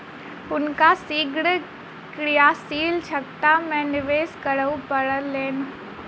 हुनका शीघ्र क्रियाशील दक्षता में निवेश करअ पड़लैन